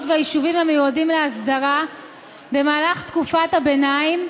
והיישובים המיועדים להסדרה במהלך תקופת הביניים,